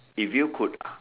if you could